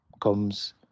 comes